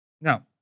Now